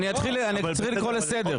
אני אתחיל לקרוא לסדר.